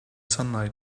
sunlight